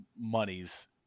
monies